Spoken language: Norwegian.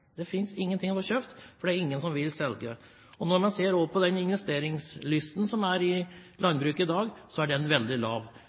for det er ingen som vil selge. Når man også ser på den investeringslysten som er i landbruket i dag, er den veldig lav.